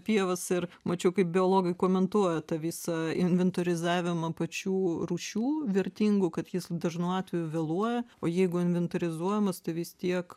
pievas ir mačiau kaip biologai komentuoja tą visą inventorizavimą pačių rūšių vertingų kad jis dažnu atveju vėluoja o jeigu inventorizuojamas tai vis tiek